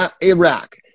Iraq